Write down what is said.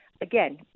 Again